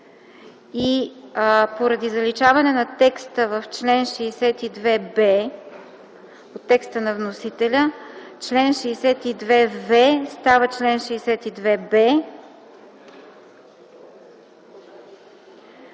в. Поради заличаване на текста в чл. 62б по текста на вносителя, чл. 62в става чл. 62б